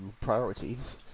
priorities